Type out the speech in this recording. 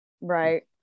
right